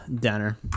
dinner